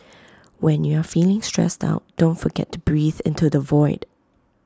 when you are feeling stressed out don't forget to breathe into the void